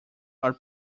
are